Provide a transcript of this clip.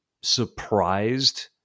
surprised